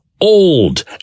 old